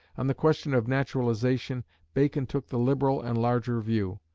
on the question of naturalisation bacon took the liberal and larger view.